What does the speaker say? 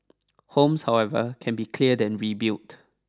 homes however can be cleared and rebuilt